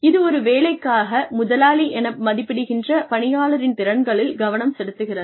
இது ஒரு வேலைக்காக முதலாளி மதிப்பிடுகின்ற பணியாளரின் திறன்களில் கவனம் செலுத்துகிறது